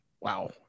Wow